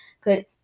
good